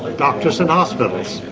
doctors and hospitals.